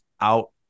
out